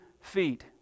feet